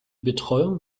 betreuung